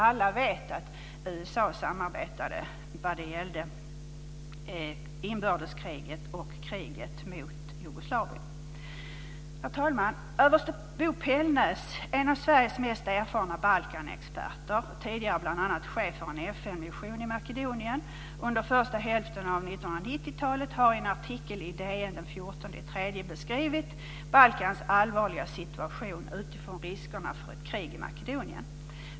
Alla vet att USA samarbetade när det gäller inbördeskriget och kriget mot Herr talman! Överste Bo Pellnäs, en av Sveriges mest erfarna Balkanexperter, tidigare bl.a. chef för en 1990-talet, har i en artikel i DN den 14 mars beskrivit Balkans allvarliga situation utifrån riskerna för ett krig i Makedonien.